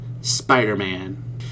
Spider-Man